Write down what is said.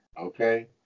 Okay